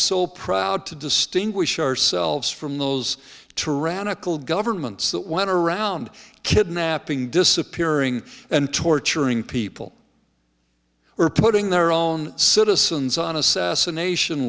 so proud to distinguish ourselves from those tyrannical governments that went around kidnapping disappearing and torturing people are putting their own citizens on assassination